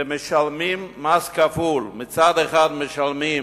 ומשלמים מס כפול, מצד אחד משלמים